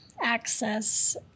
access